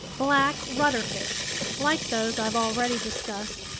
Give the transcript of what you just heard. black rudderfish like those i've already discussed,